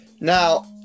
Now